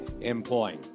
employing